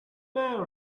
man